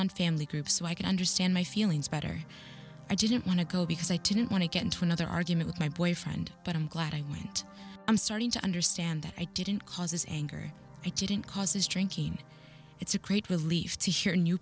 on family groups so i can understand my feelings better i didn't want to go because i didn't want to get into another argument with my boyfriend but i'm glad i went i'm starting to understand that i didn't cause his anger i didn't cause his drinking it's a great relief to hear new